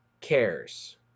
cares